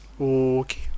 Okay